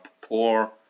poor